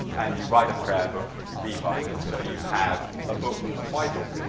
and you write a prayer book and you rebind it. so you have a book that's twice as,